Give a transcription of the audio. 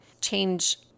change